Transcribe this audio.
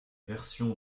version